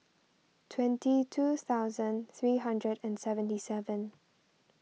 twenty two thousand three hundred and seventy seven